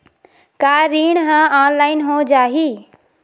का ऋण ह ऑनलाइन हो जाही?